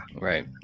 Right